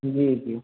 जी जी